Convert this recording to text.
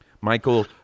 Michael